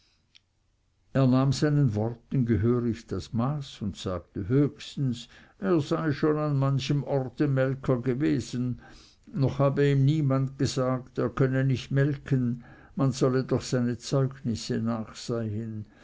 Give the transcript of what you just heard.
seinen worten gehörig das maß und sagte höchstens er sei schon an manchem orte melker gewesen noch habe ihm niemand gesagt er könne nicht melken man solle doch seine zeugnisse nachsehen